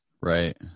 Right